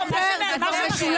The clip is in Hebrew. זה מה שמשולם.